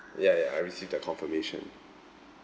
ya ya I received the confirmation